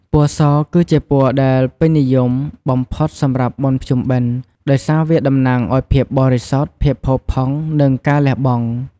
ពណ៌ស គឺជាពណ៌ដែលពេញនិយមបំផុតសម្រាប់បុណ្យភ្ជុំបិណ្ឌ ដោយសារវាតំណាងឱ្យភាពបរិសុទ្ធ ភាពផូរផង់ និងការលះបង់។